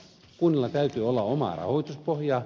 kunnilla täytyy olla omaa rahoituspohjaa